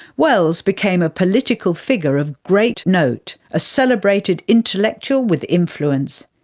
wells became a political figure of great note, a celebrated intellectual with influence.